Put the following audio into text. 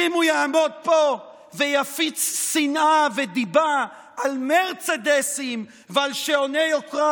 שאם הוא יעמוד פה ויפיץ שנאה ודיבה על מרצדסים ועל שעוני יוקרה,